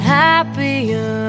happier